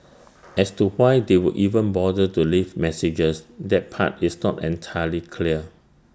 as to why they would even bother to leave messages that part is not entirely clear